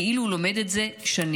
כאילו הוא לומד את זה שנים,